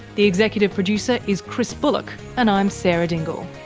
the executive producer is chris bullock, and i'm sarah dingle